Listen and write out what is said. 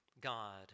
God